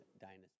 dynasty